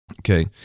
Okay